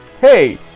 Hey